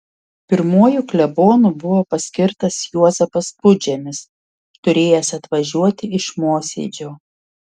pirmuoju klebonu buvo paskirtas juozapas pudžemis turėjęs atvažiuoti iš mosėdžio